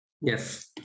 Yes